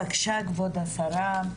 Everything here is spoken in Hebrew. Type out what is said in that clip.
בבקשה כבוד השרה.